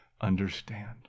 understand